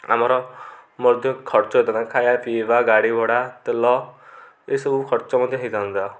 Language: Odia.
ଆମର ମଧ୍ୟ ଖର୍ଚ୍ଚ ହେଇଥାନ୍ତା ଖାଇବା ପିଇବା ଗାଡ଼ି ଭଡ଼ା ତେଲ ଏସବୁ ଖର୍ଚ୍ଚ ମଧ୍ୟ ହେଇଥାନ୍ତା